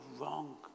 wrong